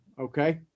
Okay